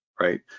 Right